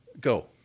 go